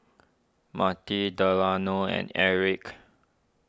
Delano and Erik